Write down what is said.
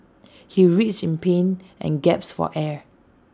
he writhed in pain and gasped for air